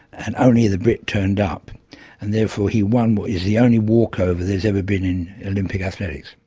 and only the brit turned up and therefore he won what is the only walkover there's ever been in olympic athletics.